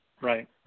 Right